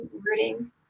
rooting